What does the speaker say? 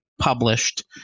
published